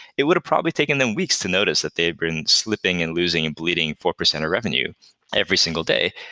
it would've probably taken them weeks to notice that they'd been slipping and losing and bleeding four percent of revenue every single day.